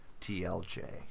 TLJ